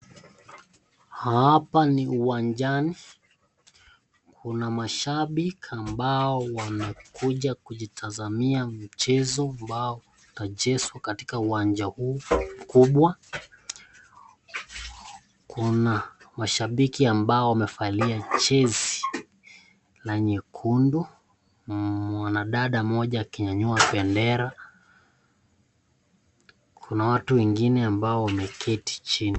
Hapa ni uwanjani, kuna mashabiki ambao wamekuja kujitazamia mchezo ambao unachezwa katika uwanja huu kubwa, kuna mashabiki walio valia jezi la nyekundu , mwanadada mmoja akinyanyua bendera, kuna watu wengi ambao wameketi chini.